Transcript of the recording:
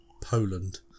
Poland